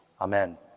amen